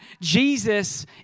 Jesus